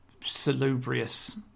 salubrious